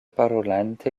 parolante